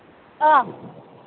ꯑ